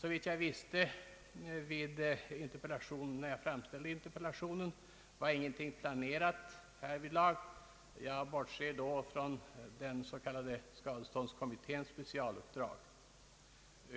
Såvitt jag visste när jag framställde interpellationen var ingenting planerat därvidlag — jag bortser från den s.k. skadeståndskommitténs specialuppdrag.